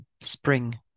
spring